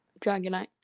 Dragonite